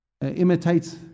imitates